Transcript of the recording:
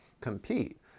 compete